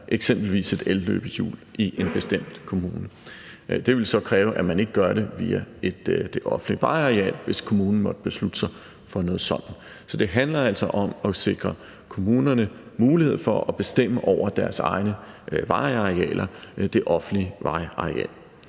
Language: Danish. eksempelvis et elløbehjul i en bestemt kommune. Det vil så kræve, at man ikke gør det via det offentlige vejareal, hvis kommunen måtte have besluttet sig for noget sådant. Så det handler altså om at sikre kommunerne mulighed for at bestemme over deres egne vejarealer, det offentlige vejareal.